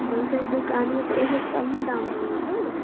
दोसर दोकानमे तऽ अइसँ कम दाममे दै छै ने